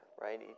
Right